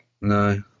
No